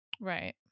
Right